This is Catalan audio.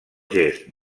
gest